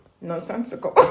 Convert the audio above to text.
nonsensical